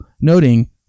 noting